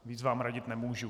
Víc vám radit nemůžu.